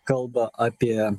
kalba apie